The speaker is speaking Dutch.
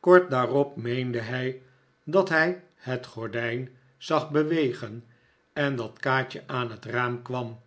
kort daarop meende hij dat hij het gordijn zag bewegen en dat kaatje aan het raam kwam